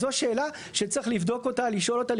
אז זו שאלה שצריך לבדוק אותה, לשאול אותה.